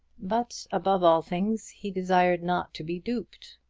but above all things he desired not to be duped.